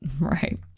Right